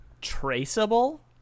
traceable